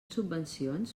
subvencions